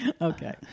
okay